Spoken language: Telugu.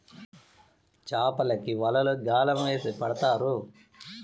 చాపలకి వలలు గ్యాలం వేసి పడతారు